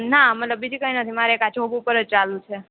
ના બીજું મતલબ કાંઈ નથી મારે ખાલી આ જોબ ઉપર જ ચાલુ છે